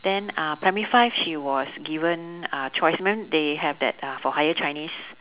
then uh primary five she was given a choice remem~ they have that uh for higher chinese